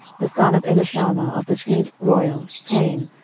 the son of elishama, of the seed royal, came,